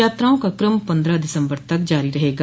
यात्राओं का क्रम पन्द्रह दिसम्बर तक जारी रहेगा